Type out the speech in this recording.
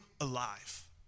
alive